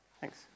Thanks